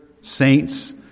saints